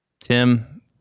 Tim